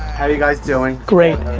how are you guys doing? great.